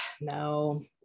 no